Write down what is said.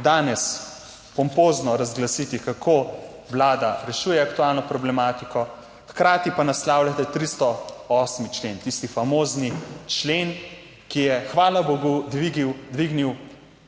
danes pompozno razglasiti, kako Vlada rešuje aktualno problematiko. Hkrati pa naslavljate 308. člen, tisti famozni člen, ki je hvala bogu dvignil,